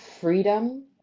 freedom